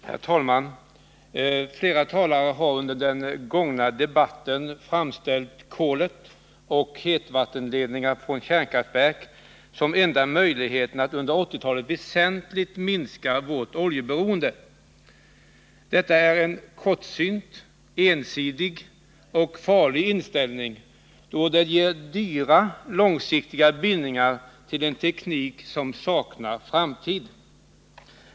Herr talman! Flera talare har under den gångna debatten framställt kolet och hetvattenledningar från kärnkraftverk som enda möjligheterna att under 1980-talet väsentligt minska vårt oljeberoende. Detta är en kortsynt, ensidig och farlig inställning, då den ger dyra långsiktiga bindningar till en teknik som saknar framtid.